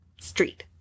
Street